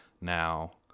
now